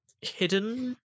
hidden